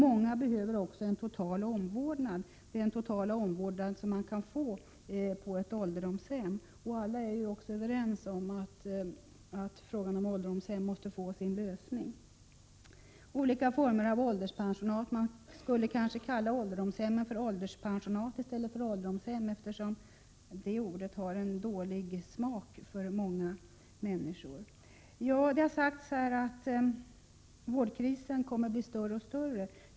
Många behöver också en total omvårdnad, dvs. den totala omvårdnad som går att få på ett ålderdomshem. Alla är ju också överens om att frågan om ålderdomshem måste lösas. Det behövs olika former av ålderspensionat — man borde kanske kalla ålderdomshemmen för ålderspensionat i stället för ålderdomshem, eftersom ordet ålderdomshem har en dålig klang för många människor. Det har sagts att vårdkrisen kommer att bli större och större.